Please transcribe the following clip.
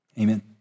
Amen